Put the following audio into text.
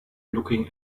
looking